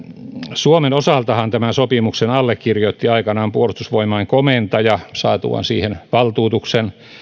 suomen osaltahan tämän sopimuksen allekirjoitti aikanaan puolustusvoimain komentaja saatuaan siihen valtuutuksen